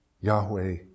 Yahweh